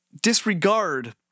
disregard